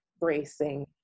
bracing